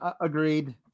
agreed